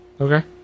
okay